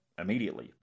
immediately